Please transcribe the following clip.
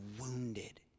wounded